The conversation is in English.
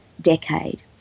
decade